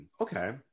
Okay